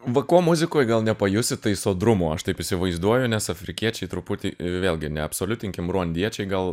va ko muzikoj gal nepajusi tai sodrumo aš taip įsivaizduoju nes afrikiečiai truputį vėlgi neabsoliutinkim ruandiečiai gal